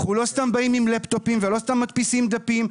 אנחנו לא סתם באים עם לפטופים ולא סתם מדפיסים דפים,